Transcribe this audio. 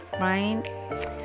right